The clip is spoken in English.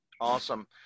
Awesome